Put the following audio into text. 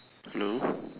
no